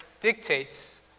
dictates